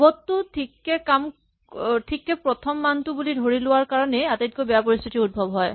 pivot টো ঠিককে প্ৰথম মানটো বুলি ধৰি লোৱাৰ কাৰণেই আটাইতকৈ বেয়া পৰিস্হিতিৰ উদ্ভৱ হয়